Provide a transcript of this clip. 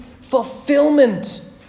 fulfillment